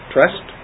Trust